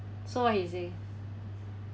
so easy